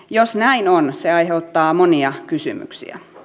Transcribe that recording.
jos näin on se aiheuttaa monia kysymyksiä